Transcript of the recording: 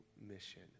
mission